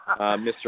Mr